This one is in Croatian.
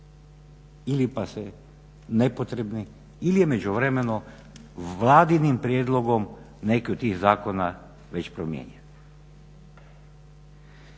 ili passe, nepotrebni ili je u međuvremenu vladinim prijedlogom neki od tih zakona već promijenjen.